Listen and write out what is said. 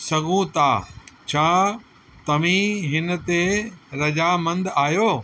सघो था छा तव्हीं हिन ते रज़ामंदि आहियो